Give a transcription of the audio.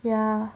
ya